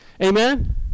amen